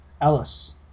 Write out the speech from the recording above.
Ellis